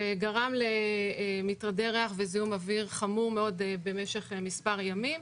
וגרם למטרדי ריח וזיהום אוויר חמורים מאוד במשך מספר ימים.